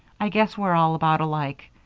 i guess we're all about alike.